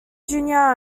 junior